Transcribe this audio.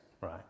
right